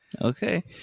Okay